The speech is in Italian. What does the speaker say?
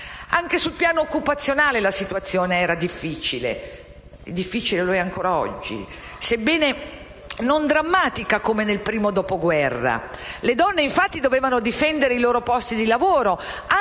Anche sul piano occupazionale la situazione italiana era difficile (e lo è ancora oggi), sebbene non drammatica come nel primo dopoguerra. Le donne dovevano infatti difendere i loro posti di lavoro,